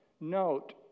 note